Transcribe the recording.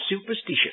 superstitious